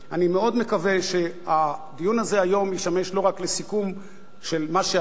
אני מאוד מקווה שהדיון הזה היום ישמש לא רק לסיכום של מה שהיה,